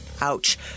Ouch